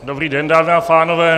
Dobrý den, dámy a pánové.